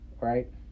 Right